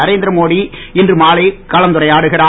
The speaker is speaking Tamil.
நரேந்திரமோடி இன்று மாலை கலந்துரையாடுகிறார்